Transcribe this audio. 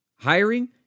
Hiring